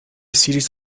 cities